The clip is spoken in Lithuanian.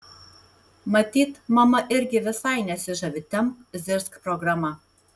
matyt mama irgi visai nesižavi tempk zirzk programa